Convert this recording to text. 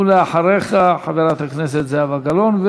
ואחריך, חברת הכנסת זהבה גלאון.